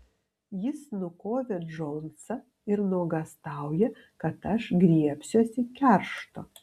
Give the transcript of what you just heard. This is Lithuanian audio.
jis nukovė džonsą ir nuogąstauja kad aš griebsiuosi keršto